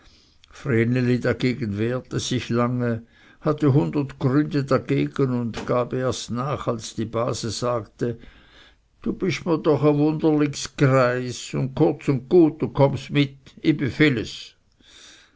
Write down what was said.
vreneli dagegen wehrte sich lange hatte hundert gründe dagegen und gab erst nach als die base sagte du bisch mr doch es wunderligs greis und kurz und gut du kommst mit ih befiehles es